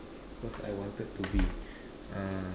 cause I wanted to be ah